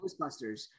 Ghostbusters